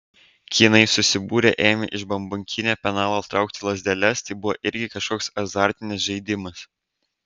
kinai susibūrę ėmė iš bambukinio penalo traukti lazdeles tai buvo irgi kažkoks azartinis žaidimas